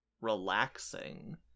relaxing